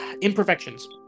imperfections